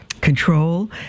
control